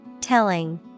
Telling